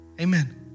Amen